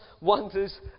wonders